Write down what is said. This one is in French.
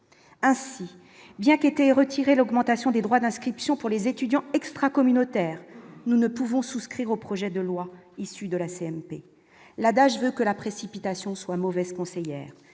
ainsi, bien qu'était retiré l'augmentation des droits d'inscription pour les étudiants extra-communautaires, nous ne pouvons souscrire au projet de loi issu de la CMP l'adage veut que la précipitation soit mauvaise conseillère,